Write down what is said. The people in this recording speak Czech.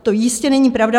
To jistě není pravda.